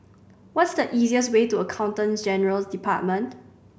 what is the easiest way to Accountant General's Department